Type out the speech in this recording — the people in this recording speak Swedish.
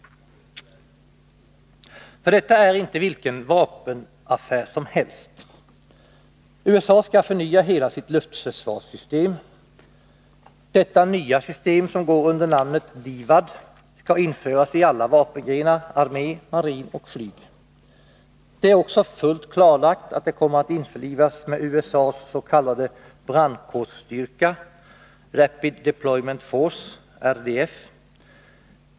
Detta är nämligen inte vilken vapenaffär som helst. USA skall förnya hela sitt luftförsvarssystem. Detta nya system, som går under namnet DIVAD, skall införas i alla vapengrenar: armén, marinen och flyget. Det är också fullt klarlagt att det kommer att införlivas med USA:s s.k. brandkårsstyrka, Rapid Deployment Force .